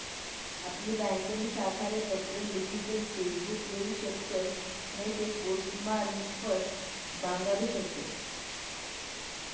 आपली ब्यांकनी शाखाले पत्र लिखीसन चेक बुक लेऊ शकतस नैते पोस्टमारफत मांगाडू शकतस